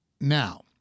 Now